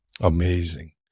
amazing